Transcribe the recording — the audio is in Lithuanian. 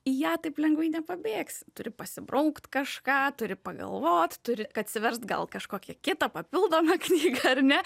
į ją taip lengvai nepabėgsi turi pasibraukt kažką turi pagalvot turi atsiverst gal kažkokią kitą papildomą knygą ar ne